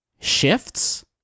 shifts